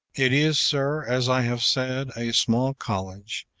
it is, sir, as i have said, a small college,